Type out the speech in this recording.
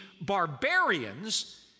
barbarians